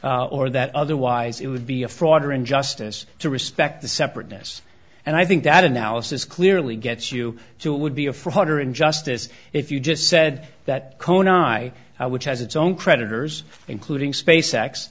energy or that otherwise it would be a fraud or injustice to respect the separateness and i think that analysis clearly gets you so it would be a fraud or injustice if you just said that cone i now which has its own creditors including space x